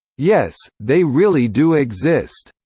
yes, they really do exist!